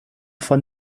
von